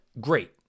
great